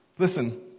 Listen